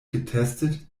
getestet